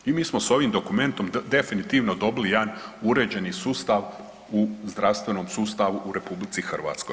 I mi smo s ovim dokumentom definitivno dobili jedan uređeni sustav u zdravstvenom sustavu u RH.